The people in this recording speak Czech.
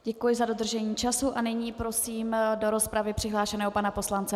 Děkuji za dodržení času a nyní prosím do rozpravy přihlášeného pana poslance Bendu.